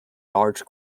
large